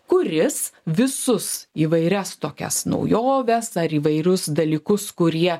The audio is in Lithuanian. kuris visus įvairias tokias naujoves ar įvairius dalykus kurie